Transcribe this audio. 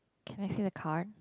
can I see the card